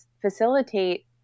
facilitate